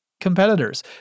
competitors